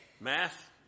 Math